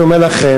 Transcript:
אני אומר לכם,